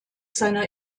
seiner